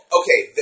okay